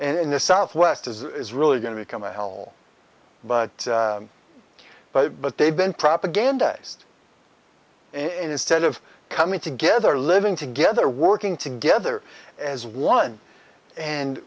and in the southwest as is really going to become a whole but but but they've been propagandized and instead of coming together living together working together as one and